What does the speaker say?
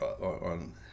on